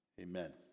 Amen